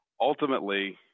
ultimately